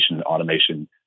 automation